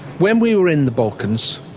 when we were in the balkans